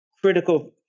critical